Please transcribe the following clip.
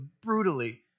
brutally